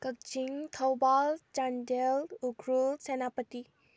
Kakching Thoubal Chandel Ukhrul Senapati